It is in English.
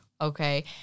Okay